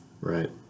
right